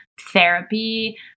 therapy